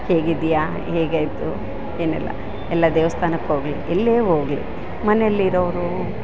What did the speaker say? ಹೇಗಿದ್ದಿಯ ಹೇಗೆ ಆಯಿತು ಏನೆಲ್ಲ ಎಲ್ಲ ದೇವಸ್ಥಾನಕ್ಕೆ ಹೋಗ್ಲಿ ಎಲ್ಲೇ ಹೋಗ್ಲಿ ಮನೆಯಲ್ಲಿರೋವರು